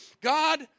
God